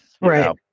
Right